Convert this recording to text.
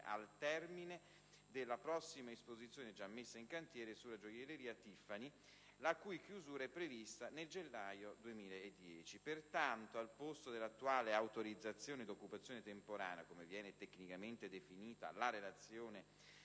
al termine della prossima esposizione già messa in cantiere sulla gioielleria Tiffany, la cui chiusura è prevista nel gennaio 2010). Pertanto, al posto dell'attuale "autorizzazione d'occupazione temporanea" - come viene tecnicamente definita la relazione